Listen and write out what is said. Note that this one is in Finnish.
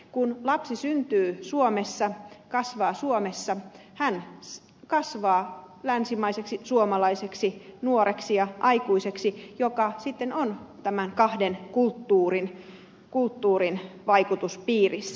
kun lapsi syntyy suomessa kasvaa suomessa hän kasvaa länsimaiseksi suomalaiseksi nuoreksi ja aikuiseksi joka sitten on kahden kulttuurin vaikutuspiirissä